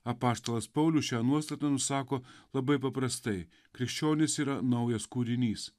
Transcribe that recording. apaštalas paulius šią nuostatą nusako labai paprastai krikščionys yra naujas kūrinys